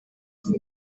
buri